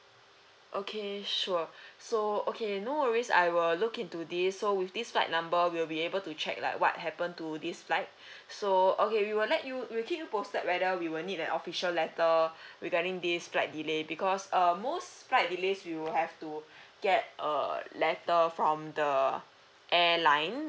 okay sure so okay no worries I will look into this so with this flight number we'll be able to check like what happened to this flight so okay we will let you we will keep you posted whether we will need an official letter regarding this flight delay because um most flight delays we will have to get a letter from the airline